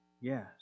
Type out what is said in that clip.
Yes